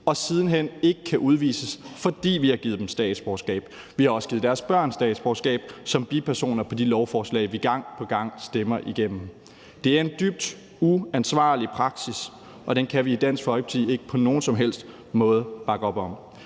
og ikke kan udvises, fordi vi har givet dem statsborgerskab. Vi har også givet deres børn statsborgerskab som bipersoner på de lovforslag, vi gang på gang stemmer igennem. Det er en dybt uansvarlig praksis, og den kan vi i Dansk Folkeparti ikke på nogen som helst måde bakke op om.